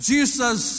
Jesus